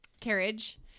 carriage